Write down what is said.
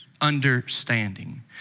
understanding